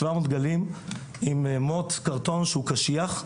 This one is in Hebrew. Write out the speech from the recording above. שבע מאות דגלים עם מוט קרטון שהוא קשיח,